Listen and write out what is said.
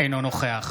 אינו נוכח